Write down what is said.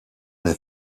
met